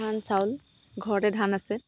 ধান চাউল ঘৰতে ধান আছে